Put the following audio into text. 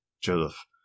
Joseph